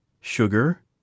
sugar